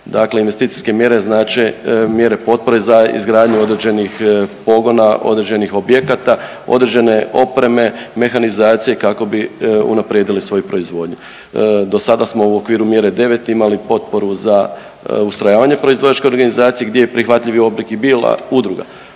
Dakle investicijske mjere znače mjere potpore za izgradnju određenih pogona, određenih objekata, određene opreme i mehanizacije kako bi unaprijedili svoju proizvodnju. Dosada smo u okviru mjere 9 imali potporu za ustrajavanje proizvođačke organizacije gdje je prihvatljivi oblik i bila udruga